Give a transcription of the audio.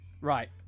right